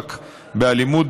למאבק באלימות,